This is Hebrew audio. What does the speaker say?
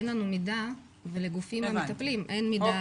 אין לנו מידע ולגופים המטפלים אין מידע עליהם.